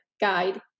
Guide